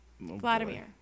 Vladimir